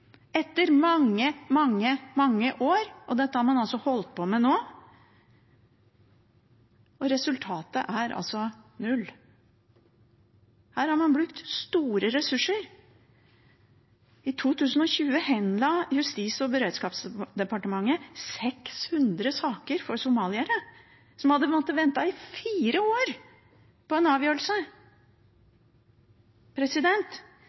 etter mange, mange, mange år. Dette har man holdt på med nå, og resultatet er altså null. Her har man brukt store ressurser. I 2020 henla Justis- og beredskapsdepartementet 600 saker for somaliere, som hadde måttet vente i fire år på en avgjørelse.